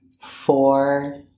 four